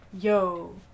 yo